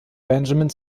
benjamin